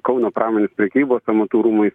kauno pramonės prekybos amatų rūmai